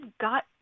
got